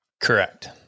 Correct